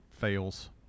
fails